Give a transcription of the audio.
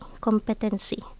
competency